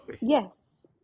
Yes